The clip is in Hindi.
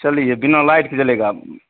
चलिए बिना लाइट के जलेगा अब